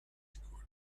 school